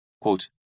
Quote